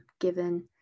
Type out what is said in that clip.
given